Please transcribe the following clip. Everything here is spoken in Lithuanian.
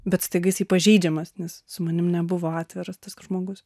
bet staiga jisai pažeidžiamas nes su manim nebuvo atviras tas žmogus